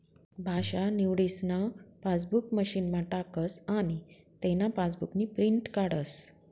भाषा निवडीसन पासबुक मशीनमा टाकस आनी तेना पासबुकनी प्रिंट काढस